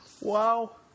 Wow